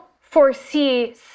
foresee